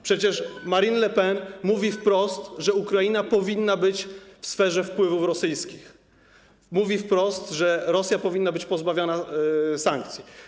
Przecież Marine Le Pen mówi wprost, że Ukraina powinna być w sferze wpływów rosyjskich, mówi wprost, że Rosja powinna być pozbawiona sankcji.